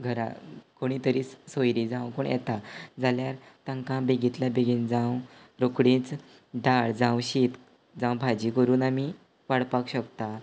घरा कोणीय तरी सोयरीं जावं कोणूय येता जाल्यार तेंकां बेगींतल्या बेगीन जावं रोखडीच दाळ जावं शीत जावं भाजी करून आमी वाडपाक शकता